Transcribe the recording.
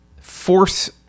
force